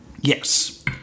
Yes